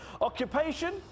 Occupation